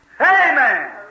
Amen